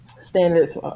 standards